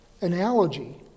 analogy